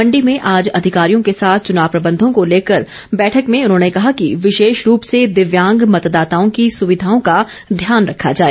मण्डी में आज अधिकारियों के साथ चुनाव प्रबंधों को लेकर बैठक में उन्होंने कहा कि विशेष रूप से दिव्यांग मतदाताओं की सुविधाओं का ध्यान रखा जाए